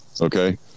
okay